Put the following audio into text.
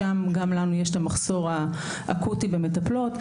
גם שם יש לנו מחסור אקוטי במטפלות.